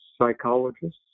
psychologists